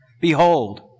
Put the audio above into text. Behold